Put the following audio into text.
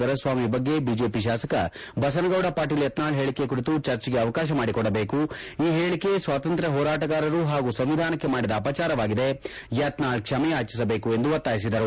ದೊರೆಸ್ವಾಮಿ ಬಗ್ಗೆ ಬಿಜೆಪಿ ಶಾಸಕ ಬಸನಗೌಡ ಪಾಟೀಲ್ ಯತ್ನಾಳ್ ಹೇಳಿಕೆ ಕುರಿತು ಚರ್ಚೆಗೆ ಅವಕಾಶ ಮಾಡಿಕೊಡಬೇಕು ಈ ಹೇಳಿಕೆ ಸ್ವಾತಂತ್ರ್ಯ ಹೋರಾಟಗಾರರು ಹಾಗೂ ಸಂವಿಧಾನಕ್ಕೆ ಮಾಡಿದ ಅಪಜಾರವಾಗಿದೆ ಯತ್ನಾಳ್ ಕ್ಷಮೆಯಾಚಿಸಬೇಕು ಎಂದು ಒತ್ತಾಯಿಸಿದರು